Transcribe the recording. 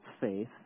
faith